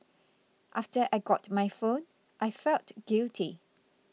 after I got my phone I felt guilty